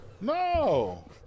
No